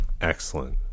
excellent